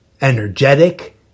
energetic